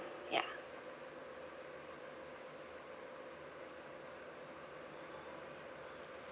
ya